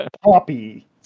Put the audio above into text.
poppy